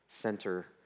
center